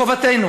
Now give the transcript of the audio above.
חובתנו